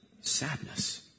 sadness